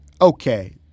okay